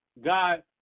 God